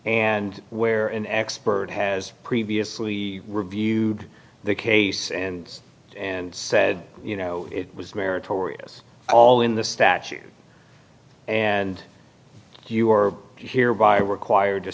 and where an expert has previously reviewed the case and and said you know it was meritorious all in the statute and you are hereby required to